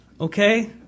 Okay